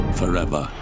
forever